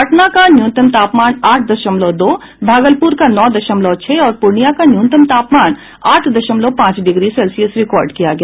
पटना का न्यूनतम तापमान आठ दशमलव दो भागलपुर का नौ दशमलव छह और पूर्णिया का न्यूनतम तापमान आठ दशमलव पांच डिग्री सेल्सियस रिकॉर्ड किया गया